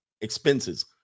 expenses